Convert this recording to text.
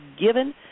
given